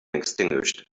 extinguished